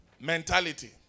mentality